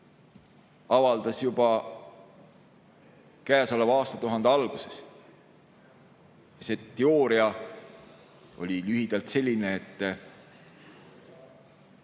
avaldas juba käesoleva aastatuhande alguses. See teooria on lühidalt selline, et